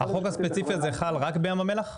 הוא חל רק בים המלח,